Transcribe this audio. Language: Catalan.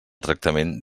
tractament